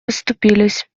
расступились